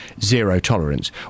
zero-tolerance